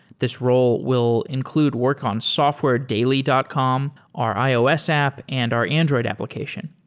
this role will include work on softwaredaily dot com, our ios app, and our android application.